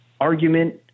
argument